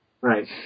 Right